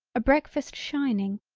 a breakfast shining,